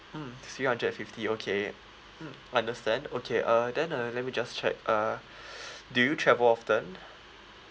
mm three hundred and fifty okay mm understand okay uh then uh let me just check uh do you travel often